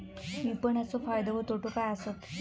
विपणाचो फायदो व तोटो काय आसत?